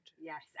Yes